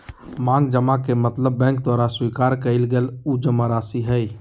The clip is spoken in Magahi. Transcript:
मांग जमा के मतलब बैंक द्वारा स्वीकार कइल गल उ जमाराशि हइ